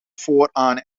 vooraan